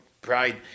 pride